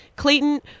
Clayton